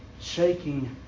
shaking